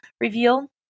reveal